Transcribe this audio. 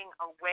away